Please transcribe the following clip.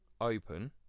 open